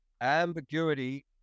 ambiguity